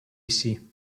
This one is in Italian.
essi